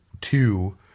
two